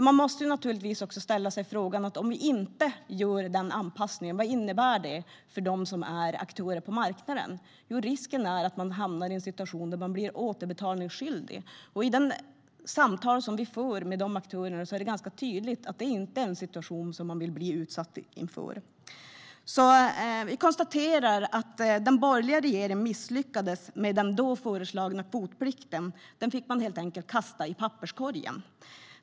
Man måste ju också ställa sig frågan: Om vi inte gör den anpassningen, vad innebär det för dem som är aktörer på marknaden? Jo, risken är att de hamnar i en situation där de blir återbetalningsskyldiga. I de samtal som vi för med aktörerna är det ganska tydligt att det inte är en situation som de vill komma i. Jag konstaterar att den borgerliga regeringen misslyckades med den då föreslagna kvotplikten. Den fick man helt enkelt kasta i papperskorgen.